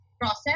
process